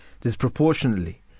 disproportionately